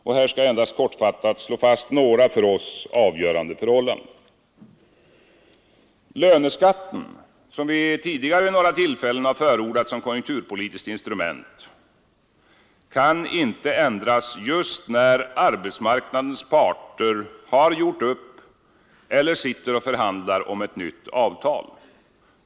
Här skall jag endast kortfattat slå fast några för oss avgörande förhållanden. Löneskatten, som vi tidigare vid några tillfällen har förordat som konjunkturpolitiskt instrument, kan inte ändras just när arbetsmarknadens parter har gjort upp om eller sitter och förhandlar om ett nytt avtal.